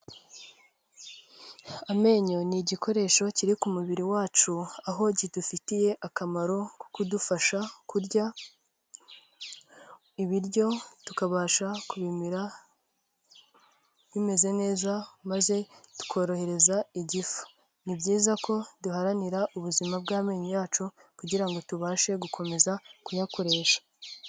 Amenyo ni igikoresho kiri ku mubiri wacu, aho kidufitiye akamaro ko kudufasha kurya, ibiryo tukabasha kubimira bimeze neza, maze tukorohereza igifu. Ni byiza ko duharanira ubuzima bw'amenyo yacu, kugira ngo tubashe gukomeza kuyakoresha.